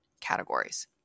categories